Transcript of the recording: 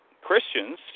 Christians